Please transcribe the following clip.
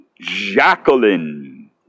Jacqueline